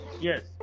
yes